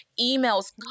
emails